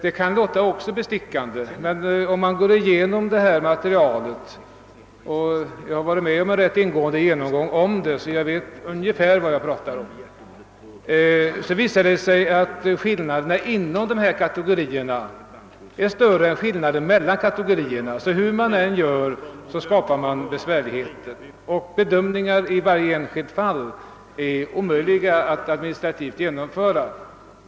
Detta kan också förefalla bestickande, men om man går igenom materialet och jag har varit med om en rätt ingående sådan genomgång — visar det sig att skillnaderna inom de olika kategorierna är större än skillnaderna mellan kategorierna. Hur man än gör, skapar man besvärligheter. En bedömning av arvodesfrågan i varje enskilt fall är administrativt ogenomförbar.